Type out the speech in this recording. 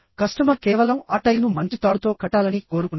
customer కేవలం ఆ టైర్ను మంచి తాడుతో కట్టాలని కోరుకున్నాడు